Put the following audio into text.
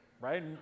right